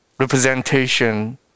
representation